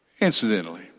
Incidentally